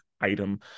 item